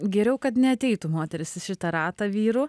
geriau kad neateitų moteris į šitą ratą vyrų